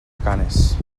canes